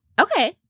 Okay